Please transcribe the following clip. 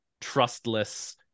trustless